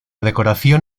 decoración